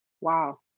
wow